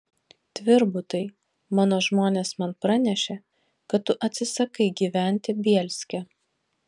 tvirbutai mano žmonės man pranešė kad tu atsisakai gyventi bielske